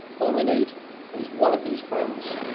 all we need is one of these frames.